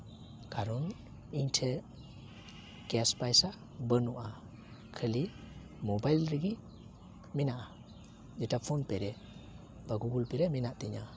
ᱠᱟᱨᱚᱱ ᱤᱧ ᱴᱷᱮᱱ ᱠᱮᱥ ᱯᱚᱭᱥᱟ ᱵᱟᱹᱱᱩᱜᱼᱟ ᱠᱷᱟᱹᱞᱤ ᱢᱳᱵᱟᱭᱤᱞ ᱨᱮᱜᱮ ᱢᱮᱱᱟᱜᱼᱟ ᱡᱮᱴᱟ ᱯᱷᱳᱱ ᱯᱮᱹ ᱨᱮ ᱵᱟ ᱜᱩᱜᱩᱞ ᱯᱮᱹ ᱨᱮ ᱢᱮᱱᱟᱜ ᱛᱤᱧᱟᱹ